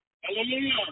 Hallelujah